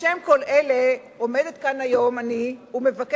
בשם כל אלה עומדת כאן היום אני ומבקשת